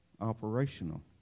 operational